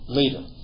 later